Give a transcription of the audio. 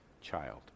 child